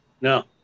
No